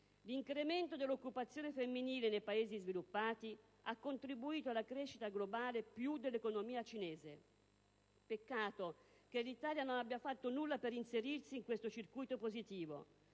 «L'incremento dell'occupazione femminile nei Paesi sviluppati ha contribuito alla crescita globale più dell'economia cinese. Peccato che l'Italia non abbia fatto nulla per inserirsi in questo circuito positivo.